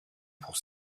pour